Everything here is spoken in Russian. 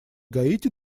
гаити